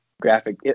graphic